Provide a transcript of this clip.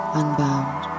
unbound